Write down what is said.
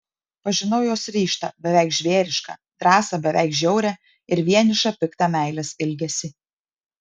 pažinau jos ryžtą beveik žvėrišką drąsą beveik žiaurią ir vienišą piktą meilės ilgesį